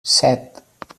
set